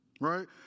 Right